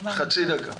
חצי דקה.